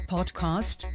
Podcast